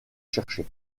chercher